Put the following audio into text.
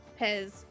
Pez